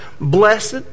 Blessed